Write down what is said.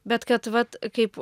bet kad vat kaip